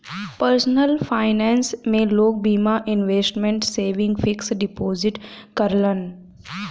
personal finance में लोग बीमा, इन्वेसमटमेंट, सेविंग, फिक्स डिपोजिट करलन